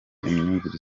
imyumvire